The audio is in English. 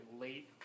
late